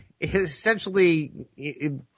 essentially